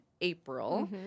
April